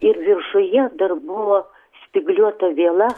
ir viršuje dar buvo spygliuota viela